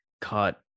caught